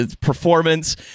performance